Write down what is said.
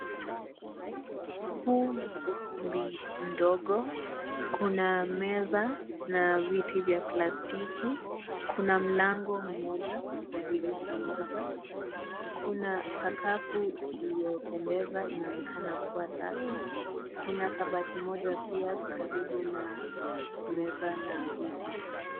Huu ni ukumbi ndogo kuna meza na viti vya plastiki, kuna mlango mmoja na dirisha moja, kuna sakafu iliyopendeza inaonekana kuwa safi, kuna kabati moja pia karibu na meza na viti.